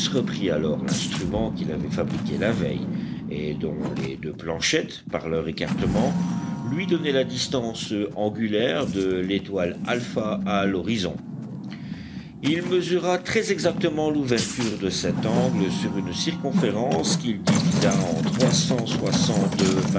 reprit alors l'instrument qu'il avait fabriqué la veille et dont les deux planchettes par leur écartement lui donnaient la distance angulaire de l'étoile alpha à l'horizon il mesura très exactement l'ouverture de cet angle sur une circonférence qu'il divisa en